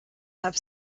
have